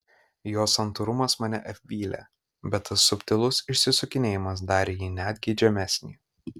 jo santūrumas mane apvylė bet tas subtilus išsisukinėjimas darė jį net geidžiamesnį